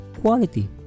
quality